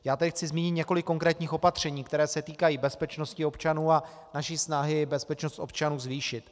Chci tady zmínit několik konkrétních opatření, která se týkají bezpečnosti občanů a naší snahy bezpečnost občanů zvýšit.